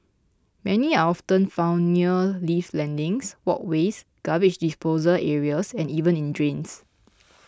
many are often found near lift landings walkways garbage disposal areas and even in drains